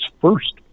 first